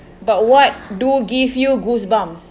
but what do give you goosebumps